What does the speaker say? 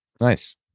Nice